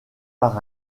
par